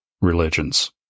religions